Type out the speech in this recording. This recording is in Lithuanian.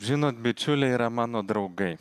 žinot bičiuliai yra mano draugai